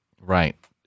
Right